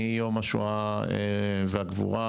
מיום השואה והגבורה,